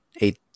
eight